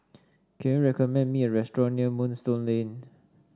can you recommend me a restaurant near Moonstone Lane